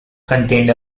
contained